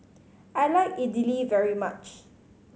I like Idili very much